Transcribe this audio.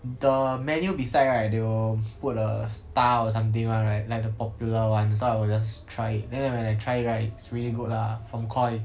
the menu beside right they will put a star or something one right like the popular ones so I will just try then when I try it right it's really good lah from koi